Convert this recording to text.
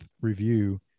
review